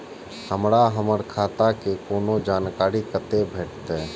हमरा हमर खाता के कोनो जानकारी कतै भेटतै?